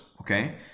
okay